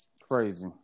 Crazy